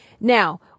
Now